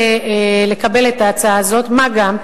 לרגע זה,